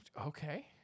okay